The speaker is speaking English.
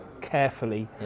carefully